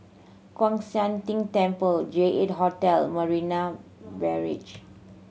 Kwan Siang Tng Temple J Eight Hotel Marina Barrage